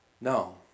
No